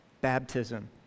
baptism